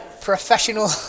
professional